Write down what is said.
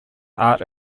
art